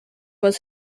was